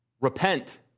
Repent